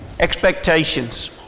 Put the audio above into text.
expectations